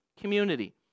community